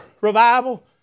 Revival